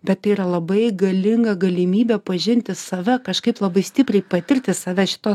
bet tai yra labai galinga galimybė pažinti save kažkaip labai stipriai patirti save šito